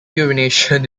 urination